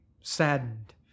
saddened